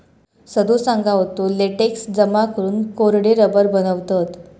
सदो सांगा होतो, लेटेक्स जमा करून कोरडे रबर बनवतत